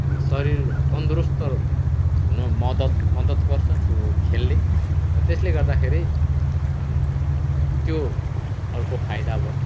शरीर तन्दुरस्त हुन मद्दत मद्दत गर्छ त्यो खेलले त्यसले गर्दाखेरि त्यो अर्को फाइदा भयो